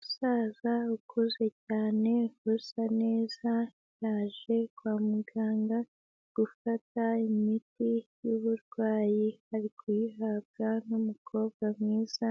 Umusaza ukuze cyane usa neza yaje kwa muganga gufata imiti y'uburwayi, ari kuyihabwa n'umukobwa mwiza